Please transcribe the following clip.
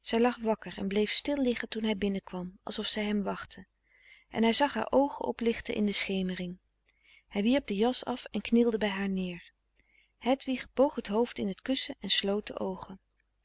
zij lag wakker en bleef stil liggen toen hij binnenkwam alsof zij hem wachtte en hij zag haar oogen oplichten in de schemering hij wierp de jas af en knielde bij haar neer hedwig boog het hoofd in t kussen en sloot de oogen